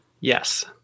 Yes